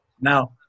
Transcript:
now